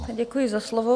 Děkuji za slovo.